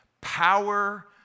Power